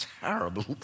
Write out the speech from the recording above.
terrible